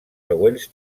següents